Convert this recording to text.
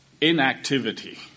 inactivity